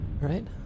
Right